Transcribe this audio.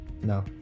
No